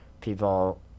people